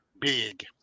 Big